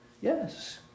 Yes